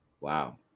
wow